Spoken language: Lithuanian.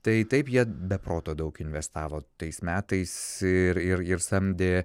tai taip jie be proto daug investavo tais metais ir ir ir samdė